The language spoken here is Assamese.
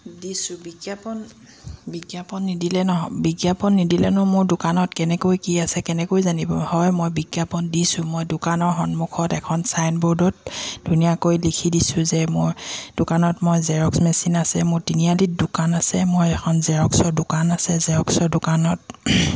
দিছোঁ বিজ্ঞাপন বিজ্ঞাপন নিদিলে নহয় বিজ্ঞাপন নিদিলেনো মোৰ দোকানত কেনেকৈ কি আছে কেনেকৈ জানিব হয় মই বিজ্ঞাপন দিছোঁ মই দোকানৰ সন্মুখত এখন চাইন বৰ্ডত ধুনীয়াকৈ লিখি দিছোঁ যে মোৰ দোকানত মই জেৰক্স মেচিন আছে মোৰ তিনিআলিত দোকান আছে মই এখন জেৰক্সৰ দোকান আছে জেৰক্সৰ দোকানত